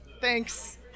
Thanks